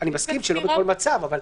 אני מסכים שלא בכל מצב אבל